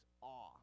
awe